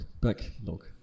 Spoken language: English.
backlog